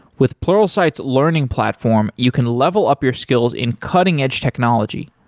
with pluralsight's learning platform, you can level up your skills in cutting-edge technology,